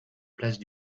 place